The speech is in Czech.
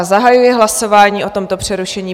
Zahajuji hlasování o tomto přerušení.